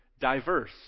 diverse